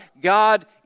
God